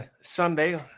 Sunday